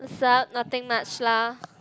what's up nothing much lah